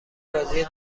بازی